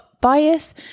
bias